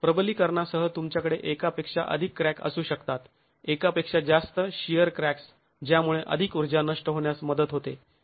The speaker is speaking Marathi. प्रबलीकरणासह तुमच्याकडे एकापेक्षा अधिक क्रॅक असू शकतात एकापेक्षा जास्त शिअर क्रॅक्स् ज्यामुळे अधिक ऊर्जा नष्ट होण्यास मदत होते